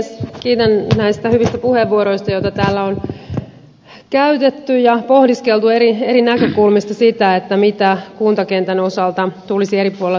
kiitän näistä hyvistä puheenvuoroista joita täällä on käytetty ja pohdiskeltu eri näkökulmista sitä mitä kuntakentän osalta tulisi eri puolilla suomea tehdä